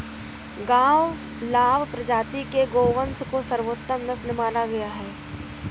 गावलाव प्रजाति के गोवंश को सर्वोत्तम नस्ल माना गया है